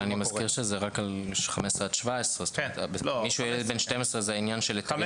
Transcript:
אבל אני מזכיר שזה רק על 17-15. ילד בן 12 זה עניין של היתרים וכולי.